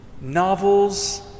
novels